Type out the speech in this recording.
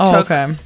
okay